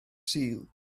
sul